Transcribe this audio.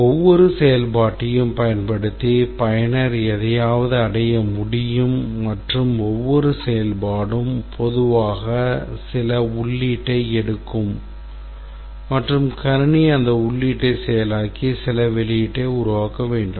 ஒவ்வொரு செயல்பாட்டையும் பயன்படுத்தி பயனர் எதையாவது அடைய முடியும் மற்றும் ஒவ்வொரு செயல்பாடும் பொதுவாக சில உள்ளீட்டை எடுக்கும் மற்றும் கணினி அந்த உள்ளீட்டை செயலாக்கி சில வெளியீட்டை உருவாக்க வேண்டும்